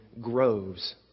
groves